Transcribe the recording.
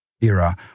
era